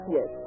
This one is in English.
Yes